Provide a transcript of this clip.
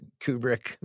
Kubrick